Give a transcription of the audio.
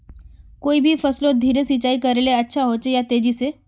कोई भी फसलोत धीरे सिंचाई करले अच्छा होचे या तेजी से?